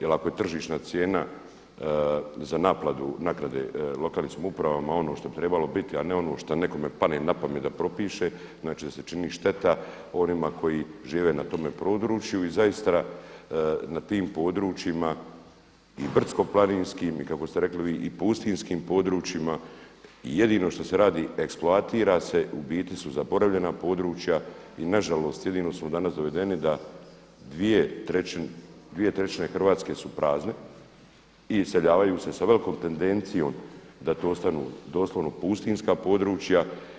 Jer ako je tržišna cijena za naplatu naknade lokalnim samouprava ono što bi trebalo biti a ne ono što nekome padne na pamet da propiše, znači da se čini šteta onima koji žive na tome području i zaista na tim područjima i brdsko-planinskim i kako ste rekli i pustinjskim područjima jedino što se radi eksploatira se u biti su zaboravljena područja i nažalost jedino smo danas dovedeni da 2/3 Hrvatske su prazne, i iseljavaju se sa velikom tendencijom da to ostanu doslovno pustinjska područja.